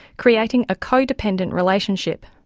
creating a co-dependent relationship.